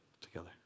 together